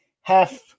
half